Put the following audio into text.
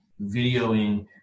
videoing